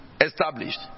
established